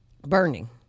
burning